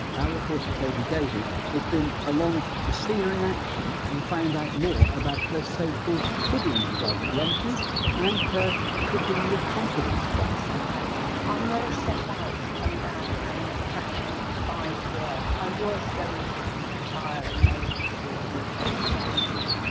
our reporter toby davey has been along to see her in action and found out more about her so-called pudding club lunches and her cooking with confidence classes. parsons i never set out to come down and actually find work. i was going to retire and maybe just do a few bits and pieces.